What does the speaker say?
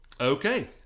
Okay